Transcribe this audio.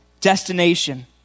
destination